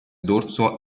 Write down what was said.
dorso